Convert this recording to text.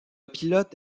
pilote